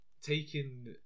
taking